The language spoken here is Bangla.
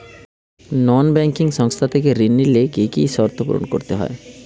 নন ব্যাঙ্কিং সংস্থা থেকে ঋণ নিতে গেলে কি কি শর্ত পূরণ করতে হয়?